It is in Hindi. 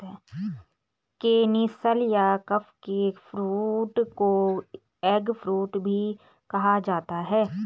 केनिसल या कपकेक फ्रूट को एगफ्रूट भी कहा जाता है